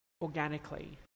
organically